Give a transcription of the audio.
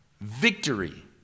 Victory